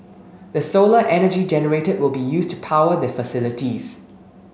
the solar energy generated will be used to power their facilities